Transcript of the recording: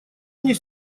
мне